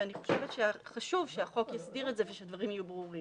ואני חושבת שחשוב שהחוק יסדיר את זה ושהדברים יהיו ברורים.